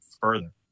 further